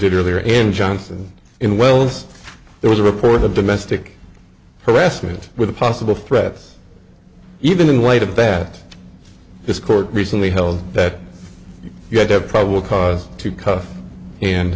did earlier in johnson in wells there was a report of the domestic harassment with a possible threats even in light of the bat this court recently held that you had to have probable cause to cuff and